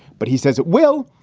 but he says it will.